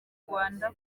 rwanda